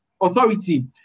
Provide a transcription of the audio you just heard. authority